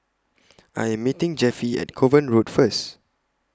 I Am meeting Jeffie At Kovan Road First